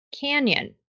Canyon